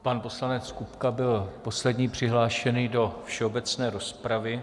Pan poslanec Kupka byl poslední přihlášený do všeobecné rozpravy.